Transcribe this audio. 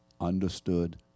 understood